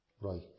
Right